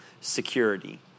security